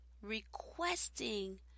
requesting